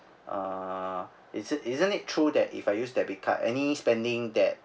uh isn't it true that if I use debit card any spending that